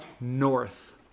north